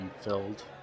filled